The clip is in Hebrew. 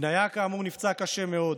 בניה, כאמור, נפצע קשה מאוד.